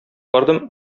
бардым